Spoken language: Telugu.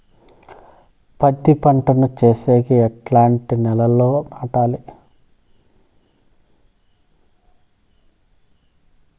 పత్తి పంట ను సేసేకి ఎట్లాంటి నేలలో నాటాలి?